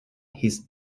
his